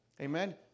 Amen